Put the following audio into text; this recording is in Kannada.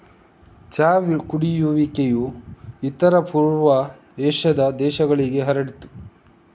ಚಹಾ ಕುಡಿಯುವಿಕೆಯು ಇತರ ಪೂರ್ವ ಏಷ್ಯಾದ ದೇಶಗಳಿಗೆ ಹರಡಿತು